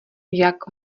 jak